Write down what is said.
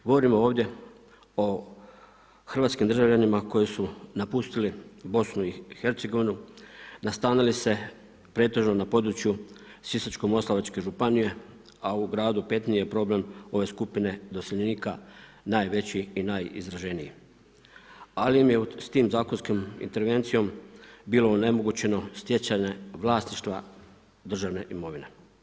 Govorimo ovdje o hrvatskim državljanima koji su napustili Bosnu i Hercegovinu, nastanili se pretežno na području Sisačko-moslavačke županije, a u Gradu Petrinji je problem ove skupine doseljenika najveći i najizraženiji, ali im je s tom zakonskom intervencijom bilo onemogućeno stjecanje vlasništva državne imovine.